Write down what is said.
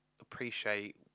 appreciate